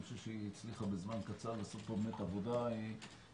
אני חושב שהיא הצליחה בזמן קצר לעשות פה באמת עבודה רצינית,